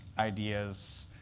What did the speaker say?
ideas